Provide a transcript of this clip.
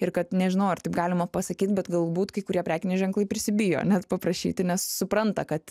ir kad nežinau ar taip galima pasakyt bet galbūt kai kurie prekiniai ženklai prisibijo net paprašyti nes supranta kad